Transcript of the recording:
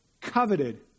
coveted